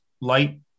light